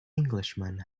englishman